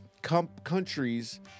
Countries